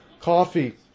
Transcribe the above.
Coffee